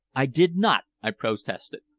i did not, i protested.